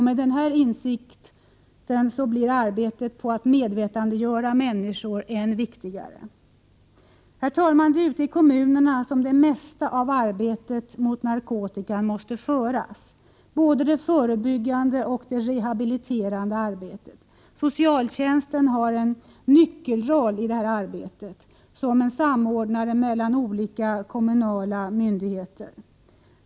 Med denna insikt blir arbetet på att medvetandegöra människor än viktigare. Herr talman! Det är ute i kommunerna som det mesta arbetet mot narkotikan måste föras, både det förebyggande och det rehabiliterande arbetet. Socialtjänsten har en nyckelroll i detta arbete som en samordnare mellan olika kommunala myndigheter.